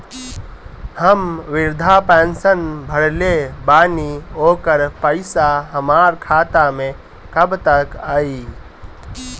हम विर्धा पैंसैन भरले बानी ओकर पईसा हमार खाता मे कब तक आई?